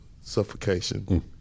suffocation